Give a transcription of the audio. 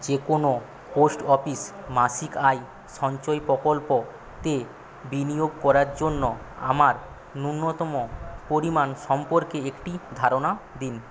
যে কোনও post office মাসিক আয় সঞ্চয় প্রকল্পতে বিনিয়োগ করার জন্য আমার ন্যূনতম পরিমাণ সম্পর্কে একটি ধারণা দিন